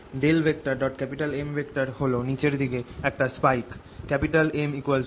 M হল নিচের দিকে একটা স্পাইক M L